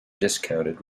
discounted